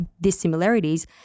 dissimilarities